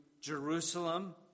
Jerusalem